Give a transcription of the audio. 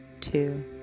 two